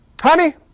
honey